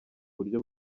buryo